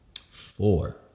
Four